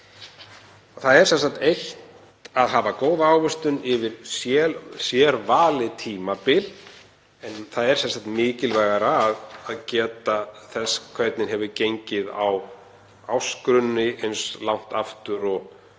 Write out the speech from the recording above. Það er eitt að hafa góða ávöxtun yfir sérvalið tímabil en það er mikilvægara að geta þess hvernig hefur gengið á ársgrunni eins langt aftur og